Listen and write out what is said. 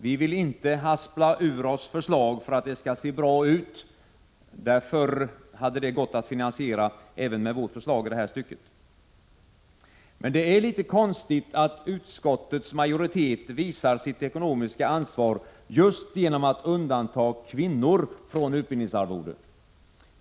Vi vill inte haspla ur oss förslag för att det skall se bra ut. Man hade kunnat klara ekonomin även med vårt förslag i detta stycke. Det är konstigt att utskottets majoritet visar sitt ekonomiska ansvar genom att undanta kvinnor från utbildningsarvode.